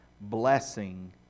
blessing